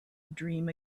dream